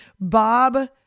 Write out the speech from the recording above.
Bob